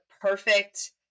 perfect